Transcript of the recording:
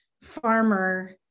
farmer